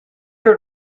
her